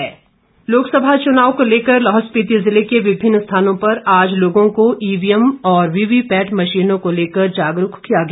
चुनाव जागरूकता लोकसभा चुनाव को लेकर लाहौल स्पिति जिले के विभिन्न स्थानों पर आज लोगों को ईवीएम और वीवीपैट मशीनों को लेकर जागरूक किया गया